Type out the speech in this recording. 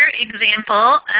um example,